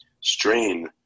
strain